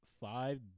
Five